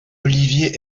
olivier